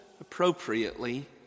appropriately